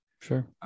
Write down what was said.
sure